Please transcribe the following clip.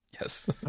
Yes